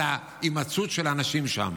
אלא ההימצאות של האנשים שם.